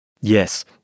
Yes